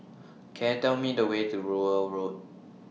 Can I Tell Me The Way to Rowell Road